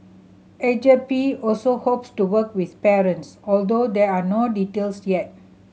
Agape also hopes to work with parents although there are no details yet